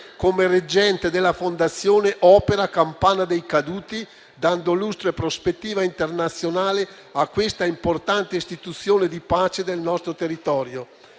come reggente della Fondazione Opera Campana dei caduti, dando lustro e prospettiva internazionale a questa importante istituzione di pace del nostro territorio.